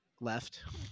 left